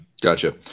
Gotcha